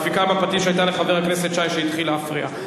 הדפיקה בפטיש היתה לחבר הכנסת שי, שהתחיל להפריע.